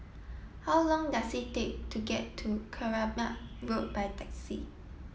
how long does it take to get to Keramat Road by taxi